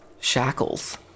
Shackles